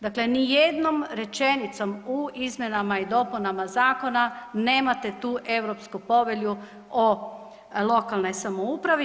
Dakle, ni jednom rečenicom u izmjenama i dopunama zakona nemate tu Europsku povelju o lokalnoj samoupravi.